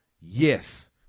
yes